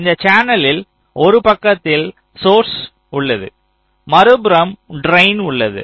இந்த சேனலில் ஒரு பக்கத்தில் சோர்ஸ் உள்ளது மறுபுறம் ட்ரைன் உள்ளது